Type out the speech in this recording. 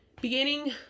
Beginning